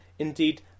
Indeed